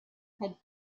had